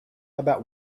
about